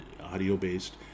audio-based